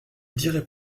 dirai